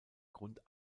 grund